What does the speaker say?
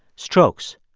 strokes.